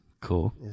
Cool